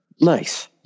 Nice